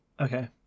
okay